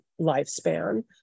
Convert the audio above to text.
lifespan